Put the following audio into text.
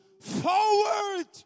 forward